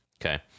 Okay